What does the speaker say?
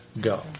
go